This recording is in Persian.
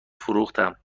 فروختم